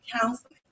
counseling